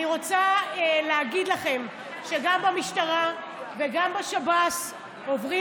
אני רוצה להגיד לכם שגם במשטרה וגם בשב"ס עוברים